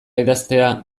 idaztea